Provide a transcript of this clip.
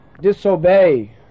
disobey